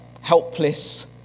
helpless